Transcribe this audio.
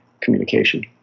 communication